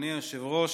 אדוני היושב-ראש,